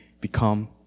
become